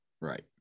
Right